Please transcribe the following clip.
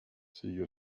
siguió